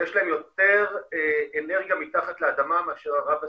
יש להם יותר אנרגיה מתחת לאדמה מאשר ערב הסעודית.